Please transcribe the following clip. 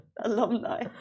Alumni